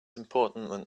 important